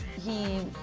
he,